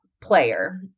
player